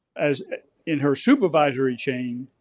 as in her supervisory chain,